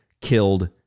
killed